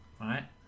right